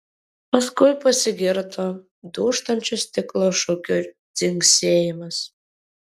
paskui pasigirdo dūžtančio stiklo šukių dzingsėjimas